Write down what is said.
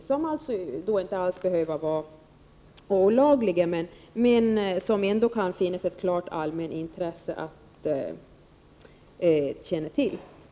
Men då vill jag säga att det inte behöver röra sig om några olagligheter. Det kan ju vara ett klart allmänintresse att veta hur det förhåller sig.